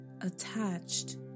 attached